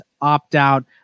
opt-out